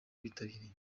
bitabiriye